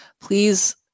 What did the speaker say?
please